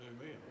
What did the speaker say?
Amen